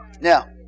now